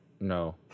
No